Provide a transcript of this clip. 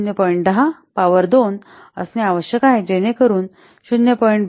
10 power 2 असणे आवश्यक आहे जेणेकरून ते 0